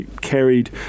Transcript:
carried